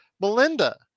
Melinda